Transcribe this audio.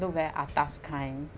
look very atas kind